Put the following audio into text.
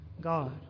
God